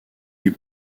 les